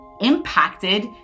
impacted